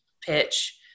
pitch